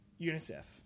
UNICEF